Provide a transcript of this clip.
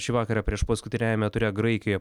šį vakarą priešpaskutiniajame ture graikijoje